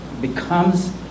becomes